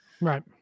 Right